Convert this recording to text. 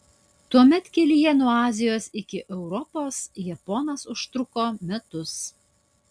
tuomet kelyje nuo azijos iki europos japonas užtruko metus